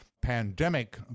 pandemic